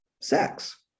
sex